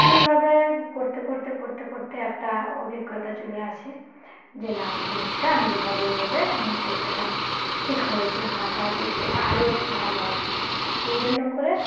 এইভাবে করতে করতে করতে করতে একটা অভিজ্ঞতা চলে আসে যে না আমি জিনিসটা আমি এভাবে এইভাবে আমি করতে পারি ঠিক হয়েছে আমার তাহলে এর থেকে আরও একটু ভালো হবে সেই জন্য করে